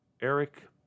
Eric